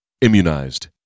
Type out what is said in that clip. Immunized